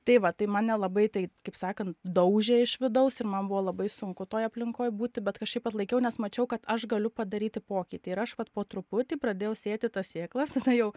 tai va tai mane labai tai kaip sakant daužė iš vidaus ir man buvo labai sunku toj aplinkoj būti bet kažkaip atlaikiau nes mačiau kad aš galiu padaryti pokytį ir aš vat po truputį pradėjau sėti tas sėklas tada jau